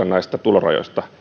näistä tulorajoista